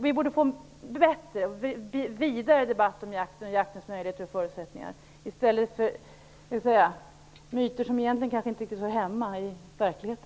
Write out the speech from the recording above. Vi borde gå vidare i debatten om jaktens möjligheter och förutsättningar i stället för att odla myter som inte har belägg i verkligheten.